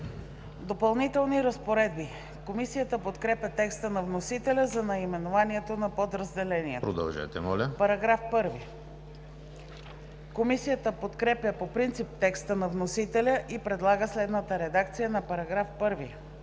„Допълнителни разпоредби“. Комисията подкрепя текста на вносителя за наименованието на подразделението. Комисията подкрепя по принцип текста на вносителя и предлага следната редакция на § 1: „§ 1.